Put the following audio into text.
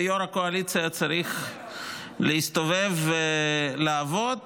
ויו"ר הקואליציה צריך להסתובב ולעבוד,